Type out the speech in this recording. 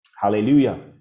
Hallelujah